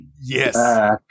Yes